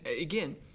again